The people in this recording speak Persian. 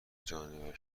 جانور